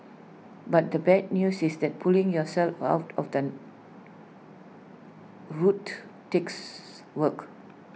but the bad news is that pulling yourself out of the rut takes work